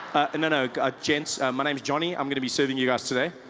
and no, ah gents. my name is johnny, i am going to be serving you guys today.